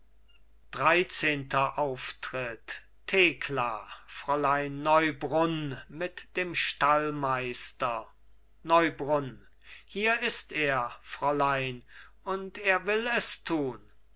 dreizehnter auftritt thekla fräulein neubrunn mit dem stallmeister neubrunn hier ist er fräulein und er will es tun